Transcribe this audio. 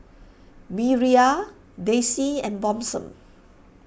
Miriah Dayse and Blossom